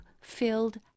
filled